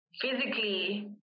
Physically